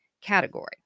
category